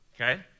okay